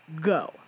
go